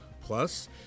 Plus